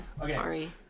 Sorry